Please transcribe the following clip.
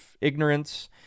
ignorance